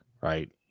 right